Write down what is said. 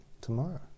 tomorrow